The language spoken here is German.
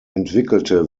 entwickelte